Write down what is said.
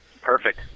Perfect